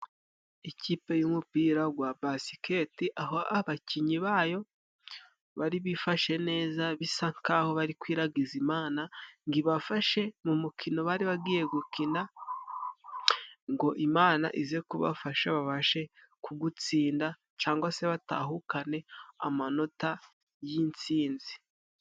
Ikipe y'umupira gwa basikete, aho abakinyi bayo bari bifashe neza bisa nk'aho bari kwiragiza Imana ngo ibafashe mu mukino bari bagiye gukina, ngo Imana ize kubafasha babashe kugutsinda cangwa se batahukane amanota y'intsinzi.